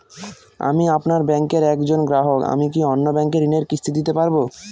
আমি আপনার ব্যাঙ্কের একজন গ্রাহক আমি কি অন্য ব্যাঙ্কে ঋণের কিস্তি দিতে পারবো?